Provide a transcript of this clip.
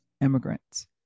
immigrants